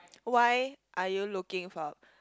why are you looking for